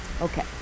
Okay